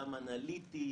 מבחינה אנליטית,